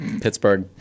pittsburgh